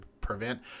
prevent